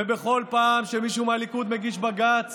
ובכל פעם שמישהו מהליכוד מגיש בג"ץ